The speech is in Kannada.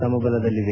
ಸಮಬಲದಲ್ಲಿವೆ